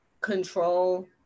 control